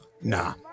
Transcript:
Nah